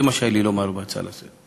זה מה שהיה לי לומר בהצעה לסדר-היום.